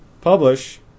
publish